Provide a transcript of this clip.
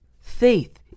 Faith